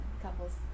couples